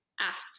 asks